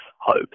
hope